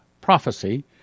prophecy